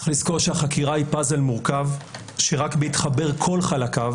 צריך לזכור שהחקירה היא פאזל מורכב שרק בהתחבר כל חלקיו